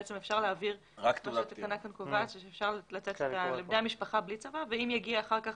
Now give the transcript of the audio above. בשלב הראשון אפשר לתת לבני המשפחה בלי צוואה ואם יגיע אחר כך